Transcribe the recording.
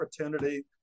opportunity